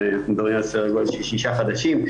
אנחנו מדברים על סדר גודל של שישה חדשים.